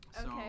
Okay